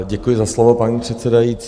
Děkuji za slovo, paní předsedající.